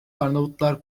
arnavutlar